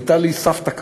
הייתה לי סבתא כזאת,